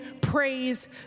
praise